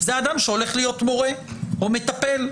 זה אדם שהולך להיות מורה או מטפל,